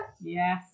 Yes